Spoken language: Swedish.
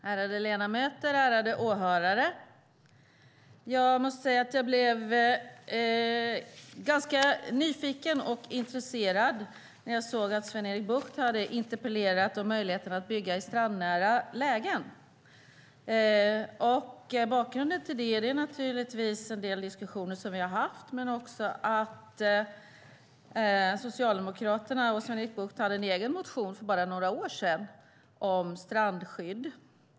Herr talman! Ärade ledamöter och ärade åhörare! Jag blev ganska nyfiken och intresserad när jag såg att Sven-Erik Bucht hade interpellerat om möjligheterna att bygga i strandnära lägen. Bakgrunden till det är naturligtvis en del diskussioner som vi har haft men också att Socialdemokraterna och Sven-Erik Bucht hade en egen motion för bara några år sedan om strandskydd.